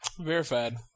Verified